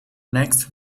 next